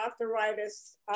arthritis